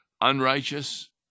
unrighteous